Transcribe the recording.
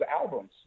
albums